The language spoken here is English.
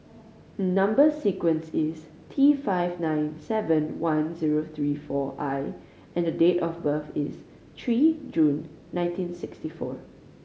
number sequence is T five nine seven one zero three four I and date of birth is three June nineteen sixty four